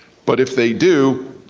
but if they do,